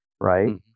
right